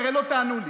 כי הרי לא תאמינו לי: